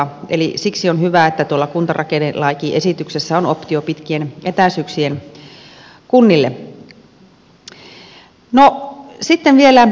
eli siksi on hyvä että tuolla kuntarakennelakiesityksessä on optio pitkien etäisyyksien kunnille